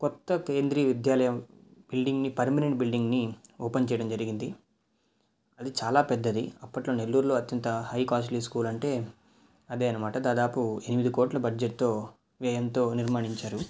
కొత్త కేంద్రీయ విద్యాలయం బిల్డింగ్ని పర్మినెంట్ బిల్డింగ్ని ఓపెన్ చేయడం జరిగింది అది చాలా పెద్దది అప్పట్లో నెల్లూరులో అత్యంత హై కాస్ట్లీ స్కూల్ అంటే అదే అన్నమాట దాదాపు ఎనిమిది కోట్ల బడ్జెట్తో వ్యయంతో నిర్మించారు